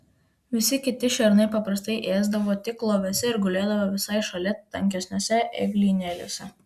visi kiti šernai paprastai ėsdavo tik loviuose ir gulėdavo visai šalia tankesniuose eglynėliuose